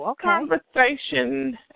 conversation